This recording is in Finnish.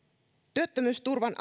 työttömyysturvan